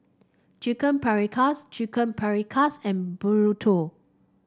Chicken Paprikas Chicken Paprikas and Burrito